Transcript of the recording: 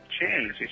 change